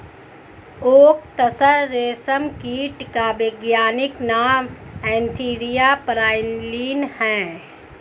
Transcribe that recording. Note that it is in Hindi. ओक तसर रेशम कीट का वैज्ञानिक नाम एन्थीरिया प्राइलीन है